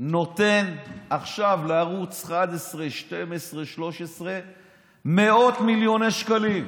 נותן עכשיו לערוץ 11, 12, 13 מאות מיליוני שקלים,